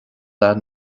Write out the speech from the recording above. leath